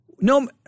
no